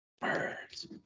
Birds